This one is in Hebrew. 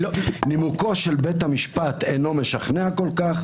"נימוקו של בית המשפט אינו משכנע כל כך,